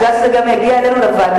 את יודעת שזה גם יגיע אלינו לוועדה,